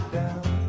down